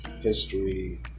history